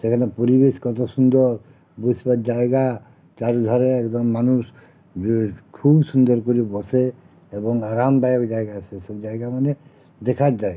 সেখানে পরিবেশ কতো সুন্দর বসবার জায়গা চারিধারে একদম মানুষ এর খুব সুন্দর করে বসে এবং আরামদায়ক জায়গা সেসব জায়গা মানে দেখার জায়গা